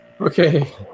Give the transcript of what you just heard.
okay